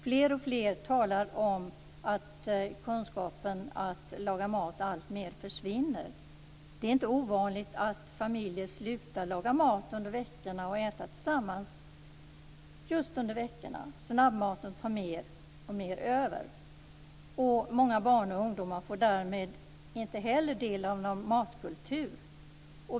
Fler och fler talar om att kunskapen att laga mat alltmer försvinner. Det är inte ovanligt att familjer slutar att laga mat och äta tillsammans under veckorna. Snabbmaten tar över mer och mer. Många barn och ungdomar får därmed inte heller del av någon matkultur.